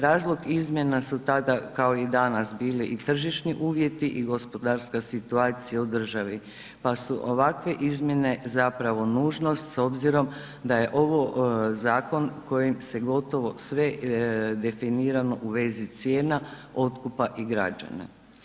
Razlog izmjena su tada kao i danas bili i tržišni uvjeti i gospodarstva situacija u državi pa su ovakve izmjene zapravo nužnost s obzirom da je ovo zakon kojim je gotovo sve definirano u vezi cijena otkupa i građenja.